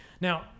Now